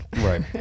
Right